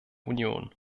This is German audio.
union